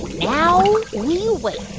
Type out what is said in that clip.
now we wait